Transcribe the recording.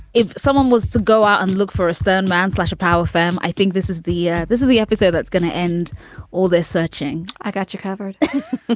if someone was to go out and look for a stone man slash a power firm. i think this is the yeah this is the episode that's gonna end all this searching. i got you covered.